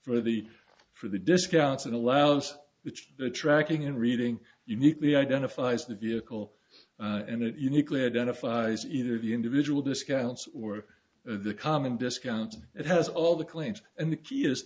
for the for the discounts and allowance which the tracking and reading uniquely identifies the vehicle and it uniquely identifies either the individual discounts or the common discount it has all the claims and the key is